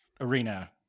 arena